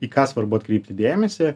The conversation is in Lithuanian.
į ką svarbu atkreipti dėmesį